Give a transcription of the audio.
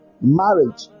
Marriage